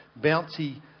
bouncy